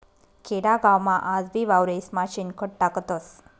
खेडागावमा आजबी वावरेस्मा शेणखत टाकतस